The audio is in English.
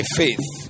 faith